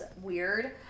weird